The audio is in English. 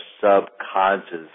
subconscious